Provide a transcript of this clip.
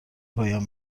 پایان